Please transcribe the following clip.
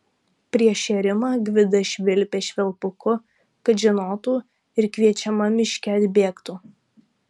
prieš šėrimą gvidas švilpė švilpuku kad žinotų ir kviečiama miške atbėgtų